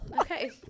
Okay